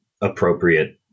appropriate